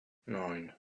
neun